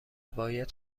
باید